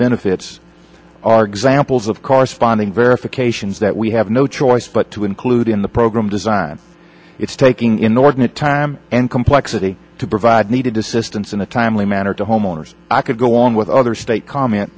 benefits are examples of corresponding verifications that we have no choice but to include in the program design it's taking inordinate time and complexity to provide needed assistance in a timely manner to homeowners i could go on with other state comment